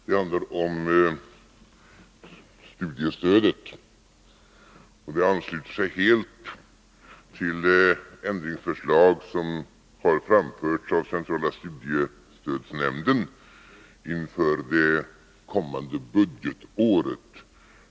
Det handlar om studiestödet, och det ansluter sig helt till ändringsförslag som har framförts av centrala studiestödsnämnden inför det kommande budgetåret.